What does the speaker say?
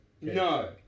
No